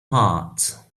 heart